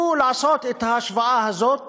יש לעשות את ההשוואה הזאת